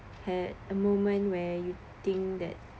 had a moment where you think that